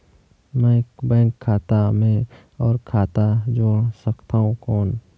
मैं बैंक खाता मे और खाता जोड़ सकथव कौन?